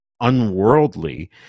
unworldly